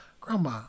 Grandma